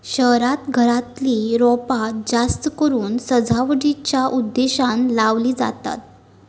शहरांत घरातली रोपा जास्तकरून सजावटीच्या उद्देशानं लावली जातत